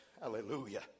Hallelujah